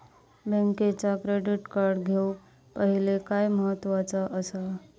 बँकेचा debit card घेउक पाहिले काय महत्वाचा असा?